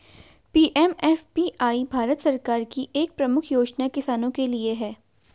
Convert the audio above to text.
PMFBY Bharat सरकार की एक प्रमुख योजना किसानों के लिए है